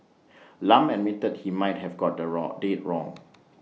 Lam admitted he might have got the wrong date wrong